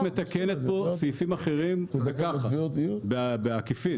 את מתקנת פה סעיפים אחרים ב"ככה", בעקיפין.